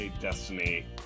Destiny